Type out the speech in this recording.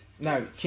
No